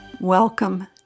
Welcome